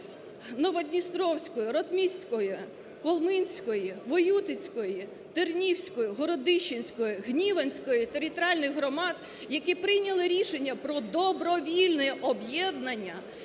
Новодністровської, Ротмістрівської, Холминської, Воютицької, Тернівської, Городищенської, Гніванської територіальних громад, які прийняли рішення про добровільне об'єднання,